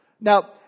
Now